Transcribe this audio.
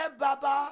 baba